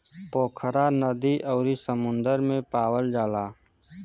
पोखरा नदी अउरी समुंदर में पावल जाला